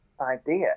idea